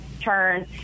turn